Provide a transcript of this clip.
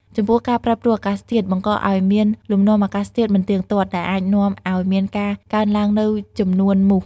ចំពោះ ការប្រែប្រួលអាកាសធាតុ បង្កឱ្យមានលំនាំអាកាសធាតុមិនទៀងទាត់ ដែលអាចនាំឱ្យមានការកើនឡើងនូវចំនួនមូស។